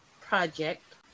project